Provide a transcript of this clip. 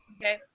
okay